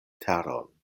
teron